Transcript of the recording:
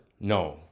No